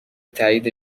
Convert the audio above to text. تایید